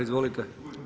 Izvolite.